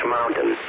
Mountain